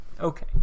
Okay